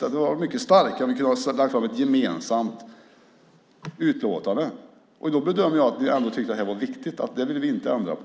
Det hade varit mycket starkare om vi hade kunnat lägga fram ett gemensamt utlåtande. Därför bedömer jag att ni ändå tyckte att detta var viktigt, och det ville ni inte ändra på.